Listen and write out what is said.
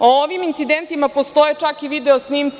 O ovim incidentima postoje čak i video snimci.